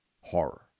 horror